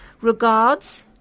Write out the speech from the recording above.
Regards